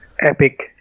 epic